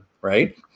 right